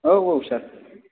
औ औ सार